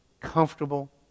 comfortable